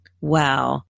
Wow